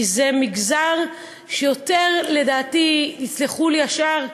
כי זה מגזר שיותר, לדעתי, ויסלחו לי השאר,